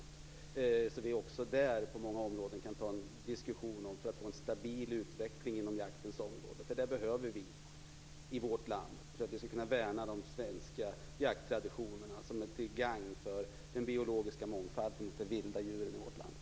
Då kan vi också ta en diskussion om att få en stabil utveckling inom jaktens område. Det behöver vi i vårt land för att vi skall kunna värna de svenska jakttraditionerna som är till gagn för den biologiska mångfalden och de vilda djuren i vårt land.